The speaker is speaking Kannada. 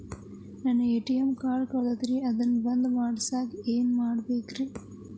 ನನ್ನ ಎ.ಟಿ.ಎಂ ಕಾರ್ಡ್ ಕಳದೈತ್ರಿ ಅದನ್ನ ಬಂದ್ ಮಾಡಸಾಕ್ ಏನ್ ಮಾಡ್ಬೇಕ್ರಿ?